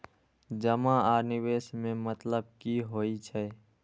जमा आ निवेश में मतलब कि होई छै?